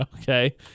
Okay